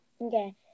Okay